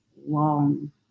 long